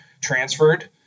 transferred